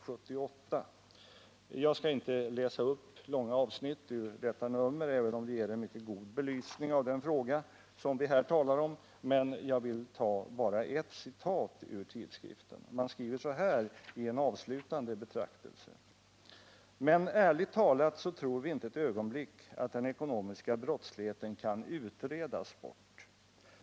Jag skall inte läsa upp några längre avsnitt ur detta nummer, även om man där ger en mycket god belysning av den fråga som vi här talar om, utan jag skall bara citera vad man skriver i en avslutande betraktelse: ”Men ärligt talat så tror vi inte ett ögonblick att den ekonomiska brottsligheten kan utredas bort.